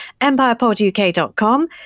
empirepoduk.com